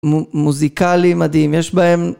מו... מוזיקאלי מדהים. יש בהם